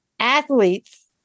athletes